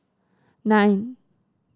nine